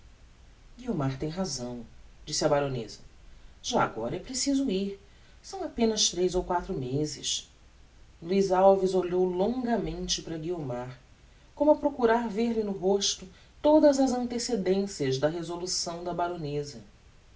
animos guiomar tem razão disse a baroneza já agora é preciso ir são apenas tres ou quatro mezes luiz alves olhou longamente para guiomar como a procurar ver-lhe no rosto todas antecedencias da resolução da baroneza